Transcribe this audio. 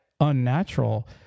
unnatural